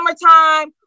summertime